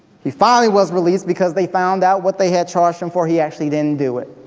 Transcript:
he finally was released because they found out what they had charged him for he actually didn't do it.